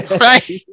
Right